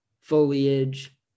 foliage